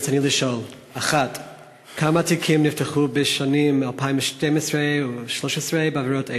רצוני לשאול: 1. כמה תיקים נפתחו בשנים 2012 ו-2013 בעבירות אלה?